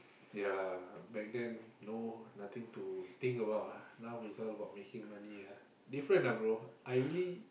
ya lah back then no nothing to think about ah now is all about making money ah different ah bro I really